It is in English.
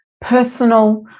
personal